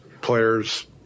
players